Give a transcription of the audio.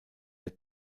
der